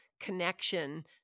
connection